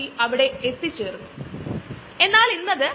അതോടൊപ്പം ഇതൊരു ബയോപ്രോസസ്സ് ആണ്